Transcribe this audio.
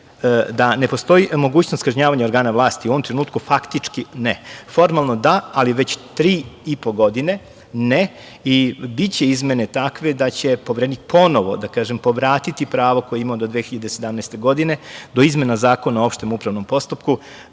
da ne postoji mogućnost kažnjavanja organa vlasti, u ovom trenutku faktički ne, formalno da, ali već tri i po godine ne i biće izmene takve da će Poverenik ponovo, da kažem, povratiti pravo koje je imao do 2017. godine, do izmena Zakona o opštem upravnom postupku,